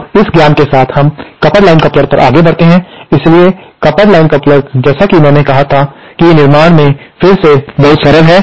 अब इस ज्ञान के साथ हम कपल्ड लाइन कपलर पर आगे बढ़ते हैं इसलिए कपल्ड लाइन कपलर जैसा कि मैंने कहा कि निर्माण में फिर से बहुत सरल है